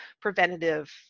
preventative